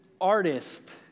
artist